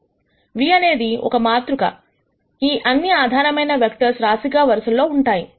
v అనేది ఒక మాతృక ఈ అన్ని ఆధారమైన వెక్టర్స్ రాశి గా వరుసలలో ఉంటాయి